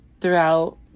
throughout